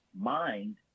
mind